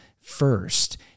first